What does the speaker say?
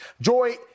Joy